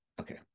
Okay